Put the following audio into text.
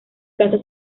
casa